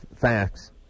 facts